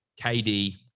KD